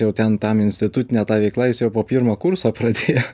jau ten tam institutine ta veikla jis jau po pirmo kurso pradėjo